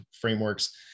frameworks